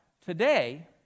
today